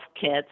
kids